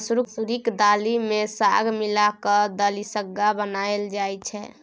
मसुरीक दालि मे साग मिला कय दलिसग्गा बनाएल जाइ छै